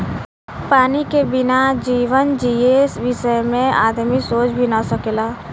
पानी के बिना जीवन जिए बिसय में आदमी सोच भी न सकेला